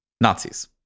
nazis